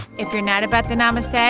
if you're not about the namaste